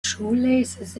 shoelaces